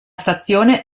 stazione